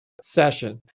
session